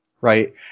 right